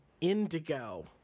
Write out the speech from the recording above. Indigo